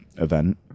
event